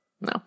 No